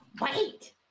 Wait